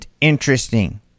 interesting